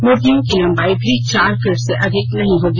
मूर्त्तियों की लम्बाई भी चार फीट से अधिक नहीं होगी